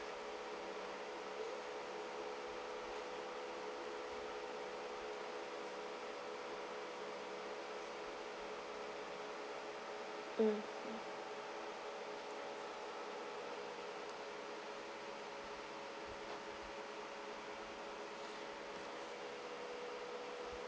mm mm